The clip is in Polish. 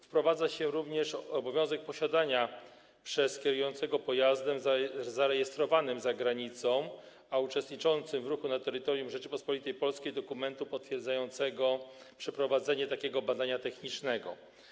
Wprowadza się również obowiązek posiadania przez kierującego pojazdem zarejestrowanym za granicą, a uczestniczącym w ruchu na terytorium Rzeczypospolitej Polskiej dokumentu potwierdzającego przeprowadzenie takiego badania technicznego.